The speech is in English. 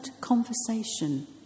conversation